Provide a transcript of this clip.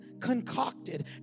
concocted